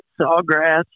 sawgrass